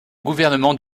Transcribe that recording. gouvernement